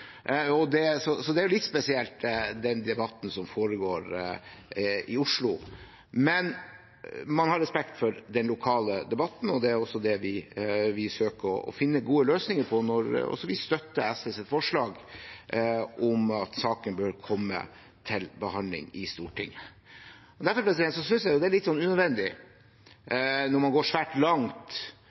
så det er jo litt spesielt med den debatten som foregår i Oslo. Men man har respekt for den lokale debatten, og det er også det vi søker å finne gode løsninger på når vi støtter SVs forslag om at saken bør komme til behandling i Stortinget. Derfor synes jeg det er litt unødvendig når man går svært langt